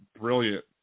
brilliant